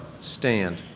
Stand